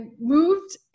moved